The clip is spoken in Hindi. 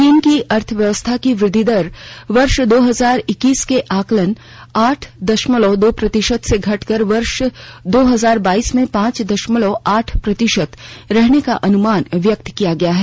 चीन की अर्थव्यवस्था की वृद्धि दर वर्ष दो हजार इक्कीस के आकलन आठ दशमलव दो प्रतिशत से घटकर वर्ष दो हजार बाइस में पांच दशमलव आठ प्रतिशत रहने का अनुमान व्यक्त किया गया है